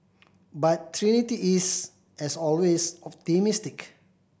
but Trinity is as always optimistic